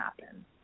happen